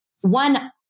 one